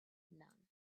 none